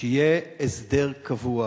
שיהיה הסדר קבוע